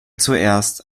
zuerst